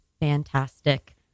Fantastic